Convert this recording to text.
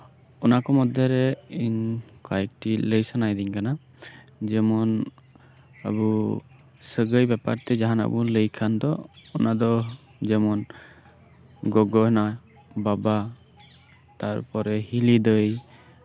ᱚᱱᱟ ᱠᱚ ᱢᱚᱫᱽᱫᱷᱮᱨᱮ ᱤᱧ ᱠᱚᱭᱮᱠᱴᱤ ᱞᱟᱹᱭ ᱥᱟᱱᱟᱭᱤᱧ ᱠᱟᱱᱟ ᱡᱮᱢᱚᱱ ᱟᱵᱚ ᱥᱟᱜᱟᱹᱭ ᱵᱮᱯᱟᱨᱛᱮ ᱡᱟᱸᱦᱟᱱᱟᱜ ᱵᱚᱱ ᱞᱟᱹᱭ ᱠᱷᱟᱱ ᱫᱚ ᱚᱱᱟᱫᱚ ᱡᱮᱢᱚᱱ ᱜᱚᱜᱚ ᱢᱮᱱᱟᱜᱼᱟ ᱵᱟᱵᱟ ᱛᱟᱨᱯᱚᱨᱮ ᱦᱤᱞᱤ ᱫᱟᱹᱭ